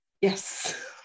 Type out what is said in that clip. Yes